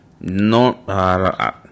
no